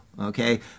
okay